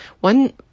one